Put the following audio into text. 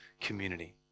community